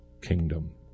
kingdom